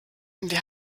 wir